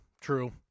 true